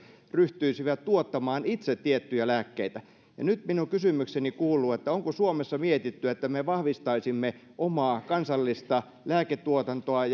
ryhtyisivät tuottamaan itse tiettyjä lääkkeitä nyt minun kysymykseni kuuluu onko suomessa mietitty että me vahvistaisimme omaa kansallista lääketuotantoamme